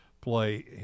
play